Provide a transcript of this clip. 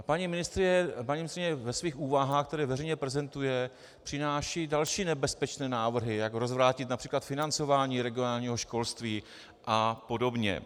Paní ministryně ve svých úvahách, které veřejně prezentuje, přináší další nebezpečné návrhy, jak rozvrátit například financování regionálního školství apod.